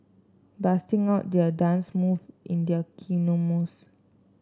busting out their dance move in their